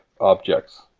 objects